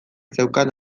zeukan